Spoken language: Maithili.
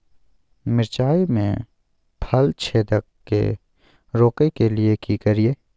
मिर्चाय मे फल छेदक के रोकय के लिये की करियै?